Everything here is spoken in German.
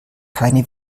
keine